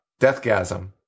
Deathgasm